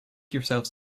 yourselves